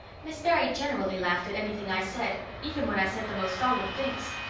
miss barry generally laughed at anything i said, even when i said the most solemn things.